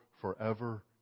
forever